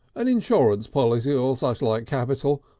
an insurance policy or suchlike capital,